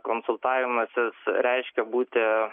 konsultavimasis reiškia būti